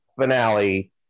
finale